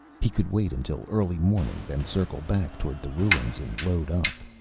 he could wait until early morning, then circle back toward the ruins and load up.